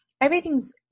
everything's